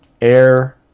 air